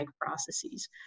processes